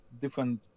different